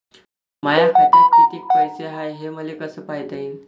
माया खात्यात कितीक पैसे हाय, हे मले कस पायता येईन?